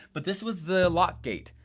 but this was the lock gate,